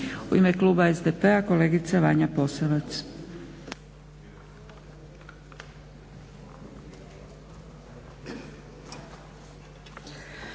U ime kluba SDP-a kolegica Vanja Posavac.